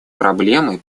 проблемой